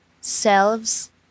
selves